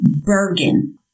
Bergen